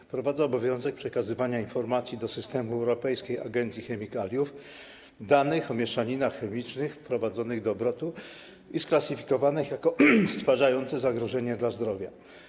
Wprowadza obowiązek przekazywania informacji do systemu Europejskiej Agencji Chemikaliów, danych o mieszaninach chemicznych wprowadzonych do obrotu i sklasyfikowanych jako stwarzające zagrożenie dla zdrowia.